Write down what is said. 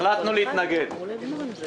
אני רוצה להתייחס לנושא של החינוך המיוחד,